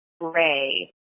gray